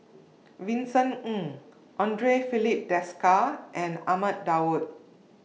Vincent Ng Andre Filipe Desker and Ahmad Daud